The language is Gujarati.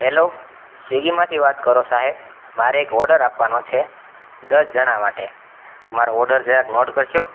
હેલો સ્વીગીમાંથી વાત કરો સાહેબ મારે એક ઓર્ડર આપવાનો છે દસ જણાં માટે તો મારો ઓર્ડર જરાક નોટ કરશો